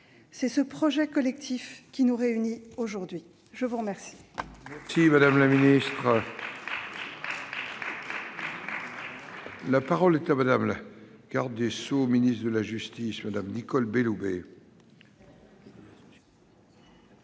C'est ce projet collectif qui nous réunit aujourd'hui. La parole